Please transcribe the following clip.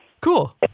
Cool